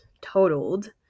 totaled